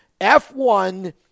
F1